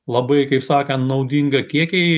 labai kaip sakant naudingą kiekį